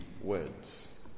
words